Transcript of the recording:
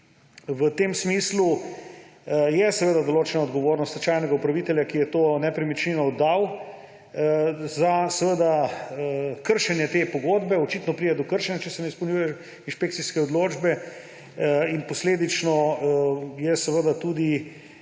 v tem smislu je določena odgovornost stečajnega upravitelja, ki je to nepremičnino oddal, za kršenje te pogodbe. Očitno pride do kršenja, če se ne izpolnjujejo inšpekcijske odločbe, in posledično je vprašljiva